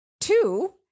two